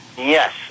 Yes